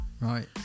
Right